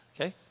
Okay